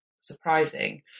surprising